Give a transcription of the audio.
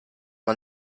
man